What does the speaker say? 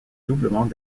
doublement